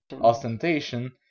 ostentation